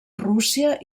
rússia